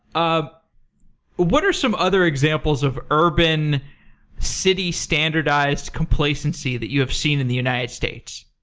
ah what are some other examples of urban city-standardized complacency that you have seen in the united states?